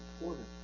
important